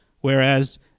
whereas